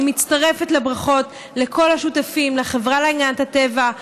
אני מצטרפת לברכות לכל השותפים: לחברה להגנת הטבע,